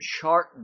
chart